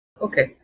okay